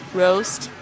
roast